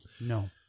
No